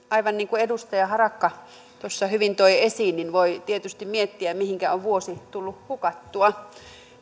aivan niin kuin edustaja harakka tuossa hyvin toi esiin voi tietysti miettiä mihinkä on vuosi tullut hukattua